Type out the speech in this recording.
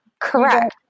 Correct